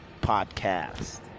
podcast